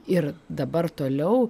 ir dabar toliau